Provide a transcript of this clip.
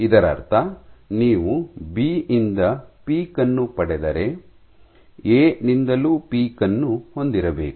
ಇದರರ್ಥ ನೀವು ಬಿ ಯಿಂದ ಪೀಕ್ ಅನ್ನು ಪಡೆದರೆ ಎ ನಿಂದಲೂ ಪೀಕ್ ಅನ್ನು ಹೊಂದಿರಬೇಕು